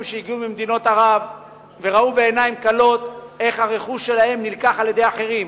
שהגיעו ממדינות ערב וראו בעיניים כלות איך הרכוש שלהם נלקח על-ידי אחרים.